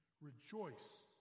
Rejoice